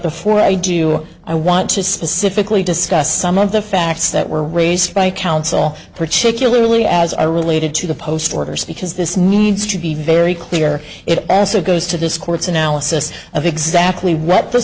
before i do i want to specifically discuss some of the facts that were raised by counsel particularly as i related to the postal workers because this needs to be very clear it also goes to this court's analysis of exactly what the